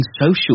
social